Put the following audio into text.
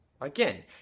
again